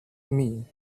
men